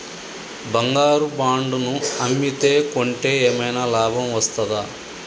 బంగారు బాండు ను అమ్మితే కొంటే ఏమైనా లాభం వస్తదా?